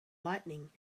lighting